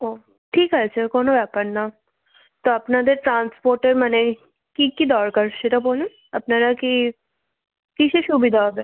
ও ঠিক আছে কোনও ব্যাপার না তা আপনাদের ট্রান্সপোর্টে মানে কী কী দরকার সেটা বলুন আপনারা কি কীসে সুবিধা হবে